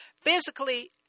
physically